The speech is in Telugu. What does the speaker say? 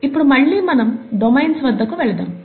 ఇప్పుడు మళ్ళీ మనం డొమైన్స్ వద్దకు వెళదాము